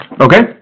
Okay